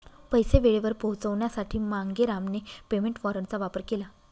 पैसे वेळेवर पोहोचवण्यासाठी मांगेरामने पेमेंट वॉरंटचा वापर केला